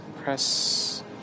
press